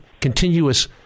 continuous